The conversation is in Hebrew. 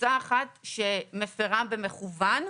קבוצה אחת שמפרה במכוון,